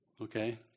Okay